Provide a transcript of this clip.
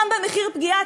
גם במחיר פגיעה,